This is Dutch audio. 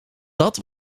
dat